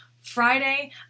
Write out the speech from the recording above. Friday